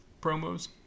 promos